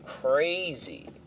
crazy